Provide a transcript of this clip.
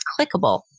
clickable